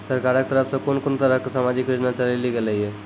सरकारक तरफ सॅ कून कून तरहक समाजिक योजना चलेली गेलै ये?